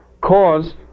cause